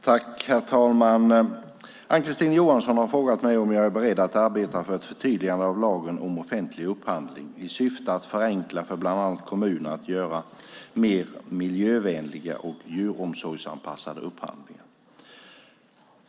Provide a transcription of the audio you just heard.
Herr talman! Ann-Kristine Johansson har frågat mig om jag är beredd att arbeta för ett förtydligande av lagen om offentlig upphandling, i syfte att förenkla för bland annat kommuner att göra mer miljövänliga och djuromsorgsanpassade upphandlingar.